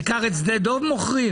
העיקר שאת שדה דב מוכרים?